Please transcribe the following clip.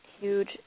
huge